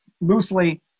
loosely